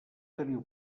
teniu